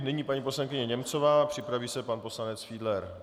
Nyní paní poslankyně Němcová, připraví se pan poslanec Fiedler.